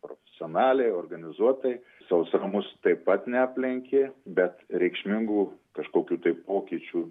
profesionaliai organizuotai sausra mūsų taip pat neaplenkė bet reikšmingų kažkokių tai pokyčių